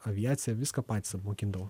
aviacija viską patys apmokindavo